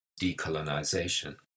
decolonization